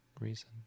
reason